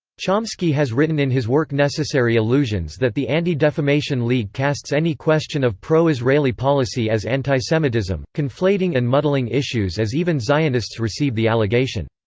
chomsky has written in his work necessary illusions that the anti-defamation league casts any question of pro-israeli policy as antisemitism, conflating and muddling issues as even zionists receive the allegation.